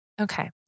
Okay